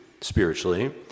spiritually